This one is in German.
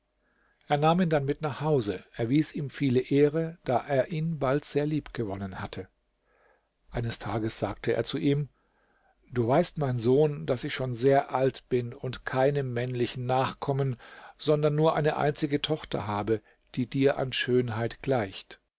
er nahm ihn dann mit nach hause erwies ihm viele ehre da er ihn bald sehr lieb gewonnen hatte eines tages sagte er zu ihm du weißt mein sohn daß ich schon sehr alt bin und keine männlichen nachkommen sondern nur eine einzige tochter habe die dir an schönheit gleicht